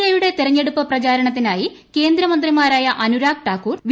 എയുടെ തെരഞ്ഞെട്ടൂപ്പ് പ്രിചാരണത്തിനായി കേന്ദ്രമന്ത്രിമാരായ അനുരാഗ്പ് ്ടാക്കൂർ വി